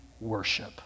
worship